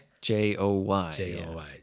J-O-Y